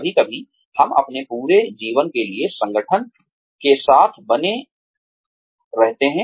कभी कभी हम अपने पूरे जीवन के लिए संगठन के साथ बने रहते हैं